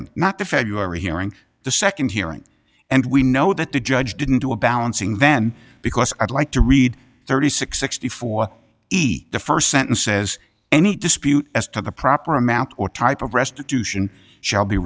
hearing not the february hearing the second hearing and we know that the judge didn't do a balancing then because i'd like to read thirty six sixty four the first sentence says any dispute as to the proper amount or type of restitution shall be